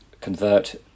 convert